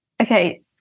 Okay